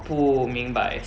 不明白